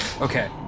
Okay